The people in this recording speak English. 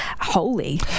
holy